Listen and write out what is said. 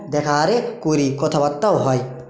দেখা আরে করি কথাবার্তাও হয়